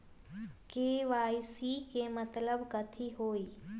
KYC के मतलब कथी होई?